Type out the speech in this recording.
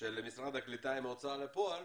של משרד הקליטה עם ההוצאה לפועל,